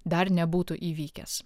dar nebūtų įvykęs